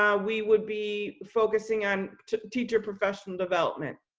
ah we would be focusing on teacher professional development.